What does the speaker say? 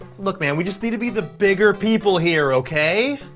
look, man, we just need to be the bigger people here, okay?